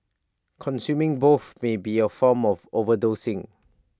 consuming both may be A form of overdosing